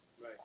Right